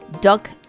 Duck